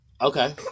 Okay